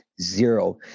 zero